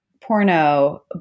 porno